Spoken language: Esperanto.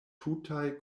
tutaj